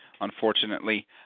unfortunately